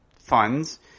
funds